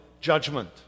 judgment